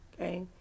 Okay